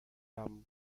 dame